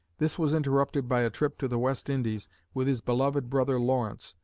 this was interrupted by a trip to the west indies with his beloved brother lawrence,